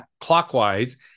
clockwise